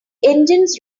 engines